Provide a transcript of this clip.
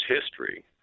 history